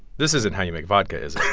this isn't how you make vodka, is